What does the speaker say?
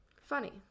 Funny